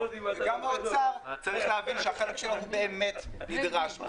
גם האוצר צריך להבין שהחלק שלו הוא באמת נדרש.